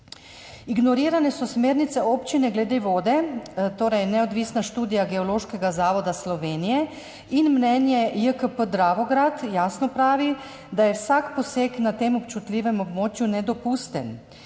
Ignorirane so smernice občine glede vode, torej neodvisna študija Geološkega zavoda Slovenije, in mnenje JKP Dravograd jasno pravi, da je vsak poseg na tem občutljivem območju nedopusten.